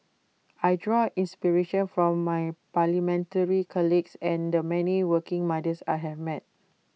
I draw inspiration from my parliamentary colleagues and the many working mothers I have met